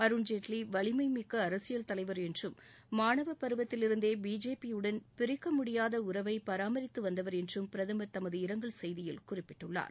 அருண்ஜேட்லி வலிமை மிக்க அரசியல் தலைவர் என்றும் மாணவ பருவத்திலிருந்தே பிஜேபியுடன் பிரிக்க முடியாத உறவை பராமரித்து வந்தவர் என்றும் பிரதம் தனது இரங்கல் செய்தியில் குறிப்பிட்டுள்ளார்